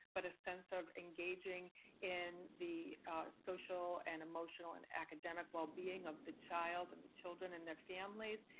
but a sense of engaging in the social and emotional and academic well-being of the child and the children and their families,